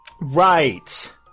Right